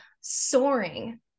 soaring